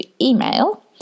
email